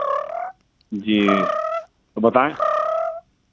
जी तो बताएँ